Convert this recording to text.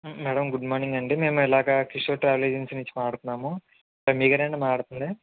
madam good morning అండి మేము ఇలాగా కిషోర్ ట్రావెల్ ఏజెన్సీ నుంచి మాట్లాడుతున్నాము సన్నీ గారెండి మాట్లాడుతుంది